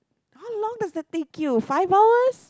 how long does that take you five hours